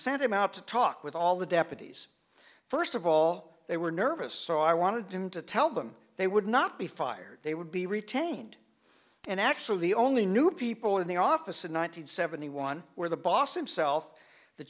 sent him out to talk with all the deputies first of all they were nervous so i wanted him to tell them they would not be fired they would be retained and actually the only new people in the office in one nine hundred seventy one where the boss him self the